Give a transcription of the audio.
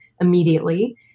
immediately